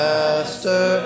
Master